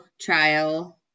trial